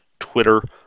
Twitter